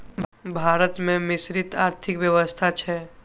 भारत मे मिश्रित आर्थिक व्यवस्था छै